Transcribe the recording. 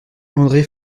andré